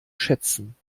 schätzen